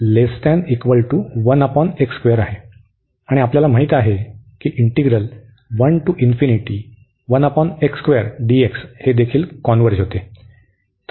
आणि आम्हाला माहित आहे की हे देखील कॉन्व्हर्ज होते